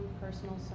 personal